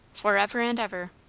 for ever and ever!